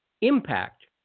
impact